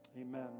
Amen